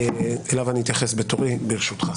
אליו אני אתייחס בתורי, ברשותך.